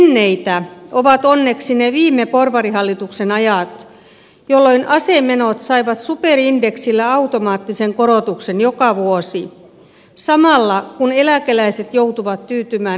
menneitä ovat onneksi ne viime porvarihallituksen ajat jolloin asemenot saivat superindeksillä automaattisen korotuksen joka vuosi samalla kun eläkeläiset joutuvat tyytymään leikattuun indeksiin